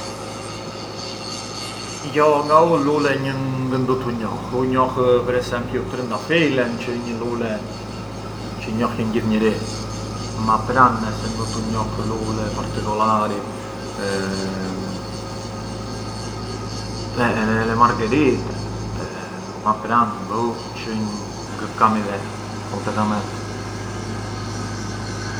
Jo ma u lule ngë ndutu njoh, u njoh per esempiu trëndafilen çë ë një lule çë njohjën gjith njeri, ma pran ngë se ndutu njoh lule particolari, le margherite, ma pran buh, ngë kam idea completamenti.